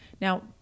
Now